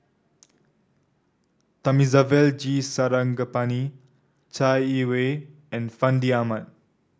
Thamizhavel G Sarangapani Chai Yee Wei and Fandi Ahmad